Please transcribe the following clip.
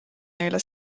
neile